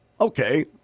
Okay